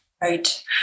Right